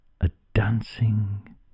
A-dancing